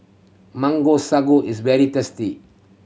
Mango Sago is very tasty